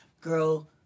girl